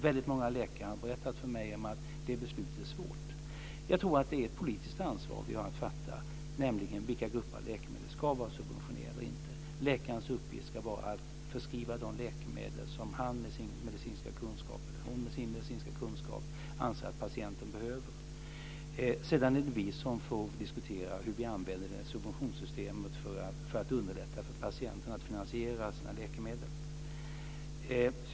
Väldigt många läkare har berättat för mig att det beslutet är svårt. Jag tror att det är ett politiskt ansvar vi har att fatta dessa beslut, nämligen om vilka grupper av läkemedel ska vara subventionerade eller inte. Läkarens uppgift ska vara att förskriva de läkemedel som han eller hon med sin medicinska kunskap anser att patienten behöver. Sedan är det vi som får diskutera hur vi använder subventionssystemet för att underlätta för patienten att finansiera sina läkemedel.